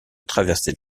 traverser